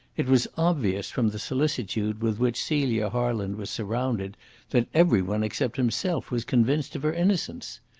it was obvious from the solicitude with which celia harland was surrounded that every one except himself was convinced of her innocence.